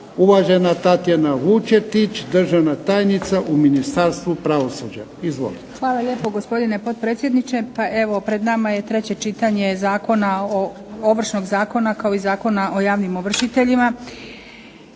Uvažena Tatijana Vučetić, državna tajnica u Ministarstvu pravosuđa. Izvolite. **Vučetić, Tatijana** Hvala lijepo gospodine potpredsjedniče. Pa evo, pred nama je treće čitanje zakona o, Ovršnog zakona kao i Zakona o javnim ovršiteljima.